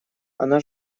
она